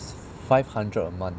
five hundred a month